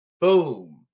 Boom